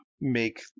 make